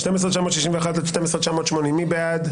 12,901 עד 12,920, מי בעד?